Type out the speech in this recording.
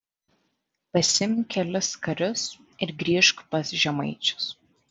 pasiimk kelis karius ir grįžk pas žemaičius